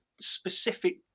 specific